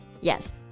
Yes